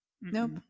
nope